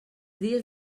dies